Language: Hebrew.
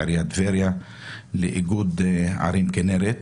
לעיריית טבריה ולאיגוד ערים כינרת.